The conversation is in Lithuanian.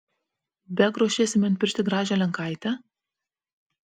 beg ruošiesi man piršti gražią lenkaitę